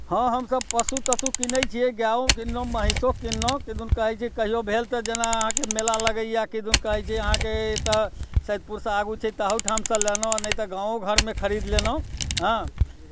हँ हमसभ पशु तशु कीनै छियै गाएओ कीनलहुँ महीँसो कीनलहुँ किदुन कहै छै कहिओ भेल तऽ जेना अहाँके मेला लगैए किदुन कहै छै अहाँके तऽ सैदपुरसँ आगू छै तहू ठामसँ लेलहुँ नहि तऽ गामो घरमे खरीद लेलहुँ हँ